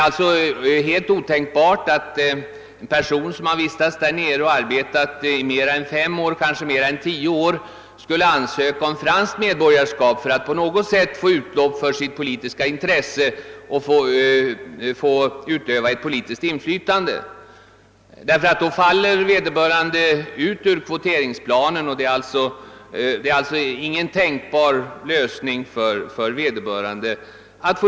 Det är helt otänkbart att en person som vistats och arbetat i t.ex. Frankrike under mer än fem år, ja, kanske mer än tio år, skulle ansöka om franskt medborgarskap för att därigenom på något sätt få utlopp för sitt politiska intresse och för att få utöva politiskt inflytande. Vederbörande faller i så fall ut ur kvoteringsplanen och det är ingen tänkbar lösning på problemet.